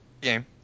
game